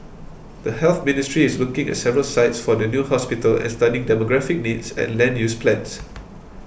the Health Ministry is looking at several sites for the new hospital and studying demographic needs and land use plans